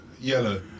yellow